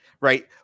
Right